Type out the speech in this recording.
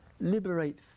liberate